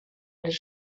les